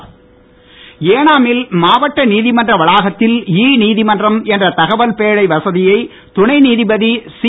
ஏனாம் ஏனாமில் மாவட்ட நீதிமன்ற வளாகத்தில் இ நீதிமன்றம் என்ற தகவல் பேழை வசதியை துணை நீதிபதி சி